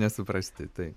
nesuprasti tai